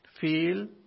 Feel